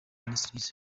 ministries